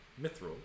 Mithril